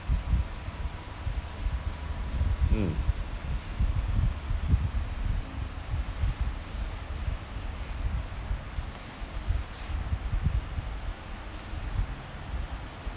mm